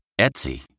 Etsy